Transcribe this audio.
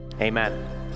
Amen